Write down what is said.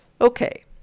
Okay